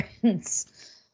friends